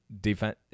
defense